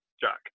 Jack